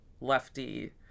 lefty